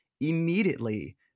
immediately